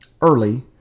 early